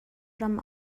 ram